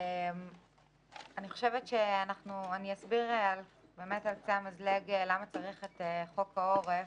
אני אסביר על קצה המזלג למה צריך את חוק העורף.